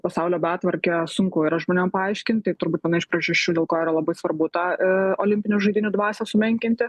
pasaulio betvarkę sunku yra žmonėm paaiškinti turbūt viena iš priežasčių dėl ko yra labai svarbu tą olimpinių žaidynių dvasią sumenkinti